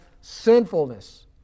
sinfulness